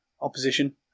opposition